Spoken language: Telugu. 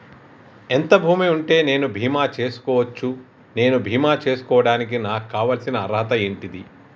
ఎంత భూమి ఉంటే నేను బీమా చేసుకోవచ్చు? నేను బీమా చేసుకోవడానికి నాకు కావాల్సిన అర్హత ఏంటిది?